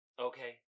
Okay